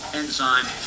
enzyme